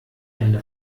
hände